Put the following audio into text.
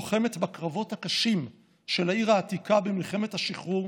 לוחמת בקרבות הקשים על העיר העתיקה במלחמת השחרור,